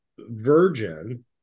virgin